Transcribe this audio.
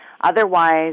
Otherwise